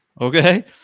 Okay